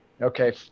Okay